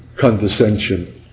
condescension